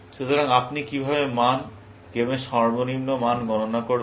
সুতরাং আপনি কিভাবে মান গেমের সর্বনিম্ন মান গণনা করবেন